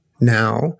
now